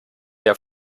der